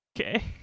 okay